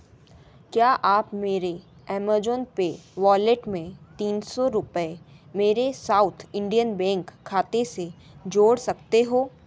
क्या आप मेरे एमेज़ोन पे वॉलेट में तीन सौ रुपये मेरे साउथ इंडियन बैंक खाते से जोड़ सकते हो